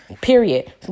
period